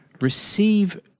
receive